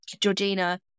Georgina